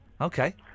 Okay